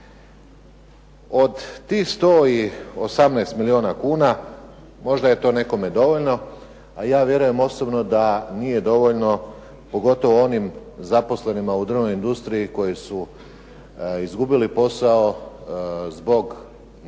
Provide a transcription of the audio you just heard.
Od tih 118 milijuna kuna možda je to nekome dovoljno, a ja vjerujem osobno da nije dovoljno pogotovo onim zaposlenima u drvnoj industriji koji su izgubili posao zbog neprovođenja,